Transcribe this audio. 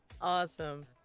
Awesome